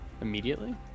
immediately